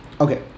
Okay